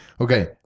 okay